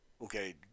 Okay